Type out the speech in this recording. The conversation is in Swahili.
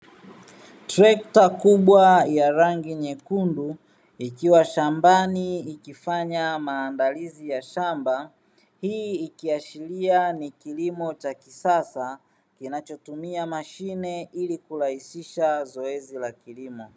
Trekta kubwa ya rangi nyekundu, ikiwa shambani ikifanya maandalizi ya shamba, hii ikiashiria ni kilimo cha kisasa kinachotumia mashine, ili kurahisisha zoezi la kilimo.